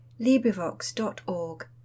LibriVox.org